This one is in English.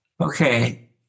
Okay